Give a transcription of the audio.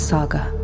Saga